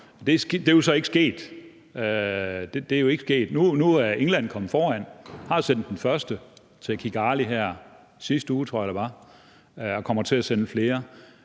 det er ikke sket. Nu er England kommet foran og har sendt den første til Kigali her i sidste uge, tror jeg det var, og kommer til at sende flere.